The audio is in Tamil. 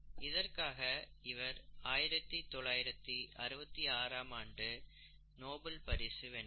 இதற்காக இவர் 1966 ஆம் ஆண்டு நோபல் பரிசு வென்றார்